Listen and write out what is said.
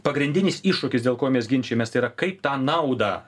pagrindinis iššūkis dėl ko mes ginčijamės tai yra kaip tą naudą